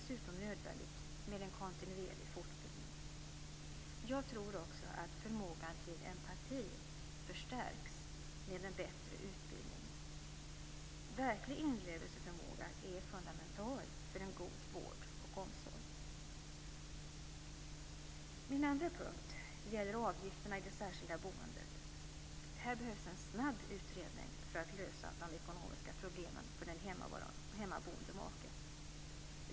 Jag tror också att förmågan till empati förstärks med en bättre utbildning. Verklig inlevelseförmåga är fundamentalt för en god vård och omsorg. Min andra punkt gäller avgifterna i det särskilda boendet. Här behövs en snabb utredning för att lösa de ekonomiska problemen för den hemmaboende maken.